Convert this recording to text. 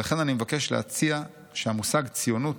ולכן אני מבקש להציע שהמושג 'ציונות'